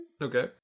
Okay